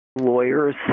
lawyers